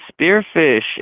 Spearfish